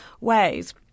ways